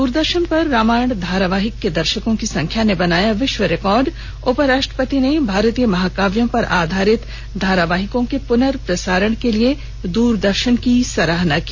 द्रदर्शन पर रामायण धारावाहिक के दर्शकों की संख्या ने बनाया विश्व रिकार्ड उपराष्ट्रपति ने भारतीय महाकाव्यों पर आधारित धारावाहिकों के पुनर्प्रसारण के लिए दूरदर्शन की सराहना की